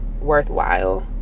worthwhile